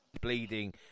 bleeding